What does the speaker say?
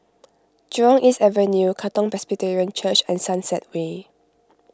Jurong East Avenue Katong Presbyterian Church and Sunset Way